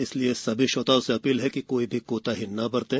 इसलिए सभी श्रोताओं से अपील है कि कोई भी कोताही न बरतें